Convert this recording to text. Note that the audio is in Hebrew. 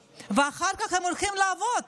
ואחר כך הם הולכים לעבוד